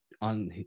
on